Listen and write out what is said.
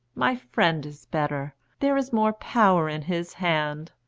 my friend is better there is more power in his hand.